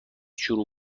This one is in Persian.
شروع